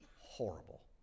Horrible